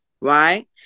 right